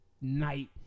Night